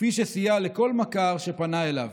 כפי שסייע לכל מכר שפנה אליו.